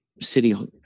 city